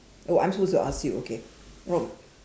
oh I'm supposed to ask you okay oh